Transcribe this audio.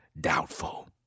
Doubtful